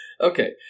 Okay